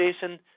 Jason